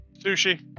sushi